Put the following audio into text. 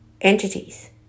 entities